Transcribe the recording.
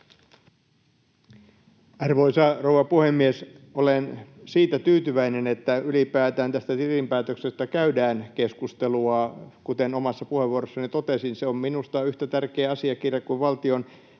Arvoisa rouva puhemies! Olen siitä tyytyväinen, että tästä tilinpäätöksestä ylipäätään käydään keskustelua. Kuten omassa puheenvuorossani totesin, se on minusta yhtä tärkeä asiakirja kuin valtion